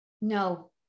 No